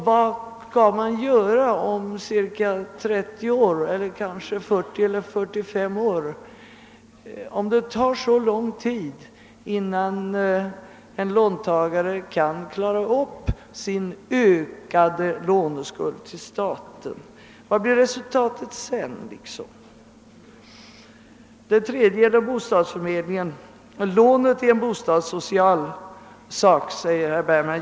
Vad skall man göra om 30 eller kanske 40—45 år, därest det tar så lång tid innan en låntagare kan klara upp sin ökade låneskuld till staten? Vad blir resultatet då? Den tredje punkten gäller bostadsförmedlingen. Paritetslånen har bostadssocial karaktär, säger herr Bergman.